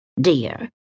Dear